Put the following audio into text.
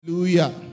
Hallelujah